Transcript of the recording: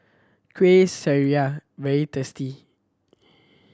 Kuih Syara very tasty